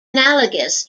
analogous